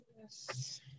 Yes